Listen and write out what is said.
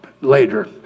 later